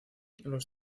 los